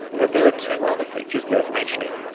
but there are two other features worth mentioning.